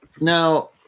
Now